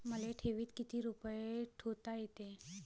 मले ठेवीत किती रुपये ठुता येते?